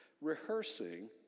rehearsing